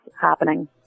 happening